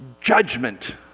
judgment